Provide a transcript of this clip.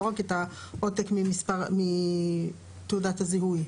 לא רק את העותק מתעודת הזיהוי.